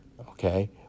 okay